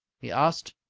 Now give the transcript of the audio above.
he asked.